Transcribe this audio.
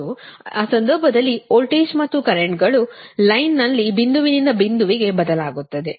ಮತ್ತು ಆ ಸಂದರ್ಭದಲ್ಲಿ ವೋಲ್ಟೇಜ್ ಮತ್ತು ಕರೆಂಟ್ ಗಳು ಲೈನ್ ನಲ್ಲಿ ಬಿಂದುವಿನಿಂದ ಬಿಂದುವಿಗೆ ಬದಲಾಗುತ್ತವೆ